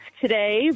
today